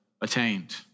attained